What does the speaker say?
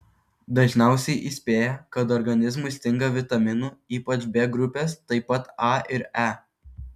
dažniausiai įspėja kad organizmui stinga vitaminų ypač b grupės taip pat a ir e